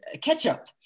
ketchup